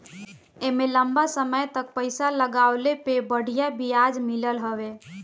एमे लंबा समय तक पईसा लगवले पे बढ़िया ब्याज मिलत हवे